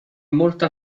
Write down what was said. molto